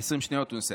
20 שניות, בסדר.